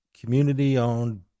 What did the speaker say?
community-owned